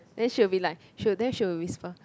then she will be like she'll there she'll whisper